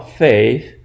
faith